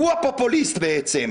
הוא הפופוליסט בעצם.